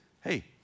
Hey